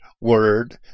word